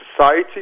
society